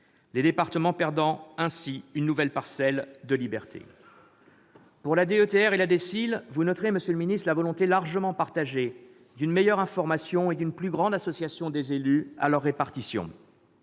Les départements perdent de la sorte une nouvelle parcelle de liberté. Pour la DETR et la DSIL, vous noterez, monsieur le ministre, la volonté largement partagée d'une meilleure information et d'une plus grande association des élus à leur répartition,